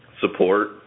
support